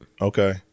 okay